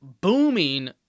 booming